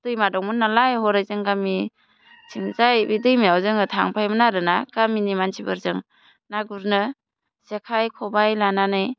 दैमा दंमोन नालाय हरै जों गामि थिंजाय बे दैमायाव जोङो थांफायोमोन आरोना गामिनि मानसिफोरजों ना गुरनो जेखाइ ख'बाइ लानानै